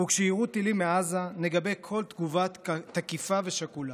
וכשיירו טילים מעזה נגבה כל תגובה תקיפה ושקולה.